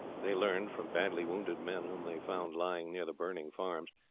they learned, from badly wounded men whom they found lying near the burning farms,